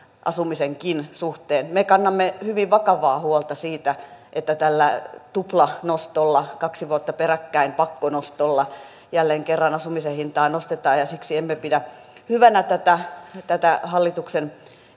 asumisenkin suhteen me kannamme hyvin vakavaa huolta siitä että tällä tuplanostolla kaksi vuotta peräkkäin pakkonostolla jälleen kerran asumisen hintaa nostetaan ja siksi emme pidä hyvänä tätä tätä hallituksen